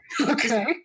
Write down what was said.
Okay